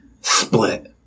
split